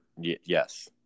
yes